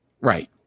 Right